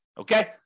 Okay